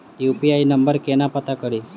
UPI number केना पत्ता कड़ी?